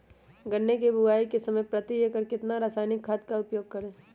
गन्ने की बुवाई के समय प्रति एकड़ कितना रासायनिक खाद का उपयोग करें?